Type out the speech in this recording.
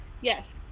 Yes